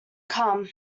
come